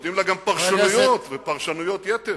נותנים לה גם פרשנויות ופרשנויות יתר.